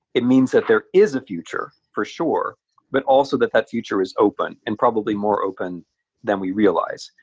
it means that there is a future for sure but also that that future is open and probably more open than we realize.